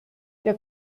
der